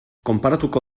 konparatuko